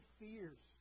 fears